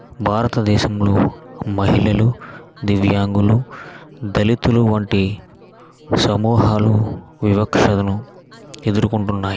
భారతదేశంలో మహిళలు దివ్యాంగులు దళితులు వంటి సమూహాలు వివక్షను ఎదురుకుంటున్నాయి